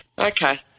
Okay